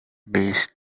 missed